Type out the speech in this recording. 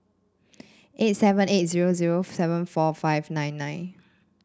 eight seven eight zero zero seven four five nine nine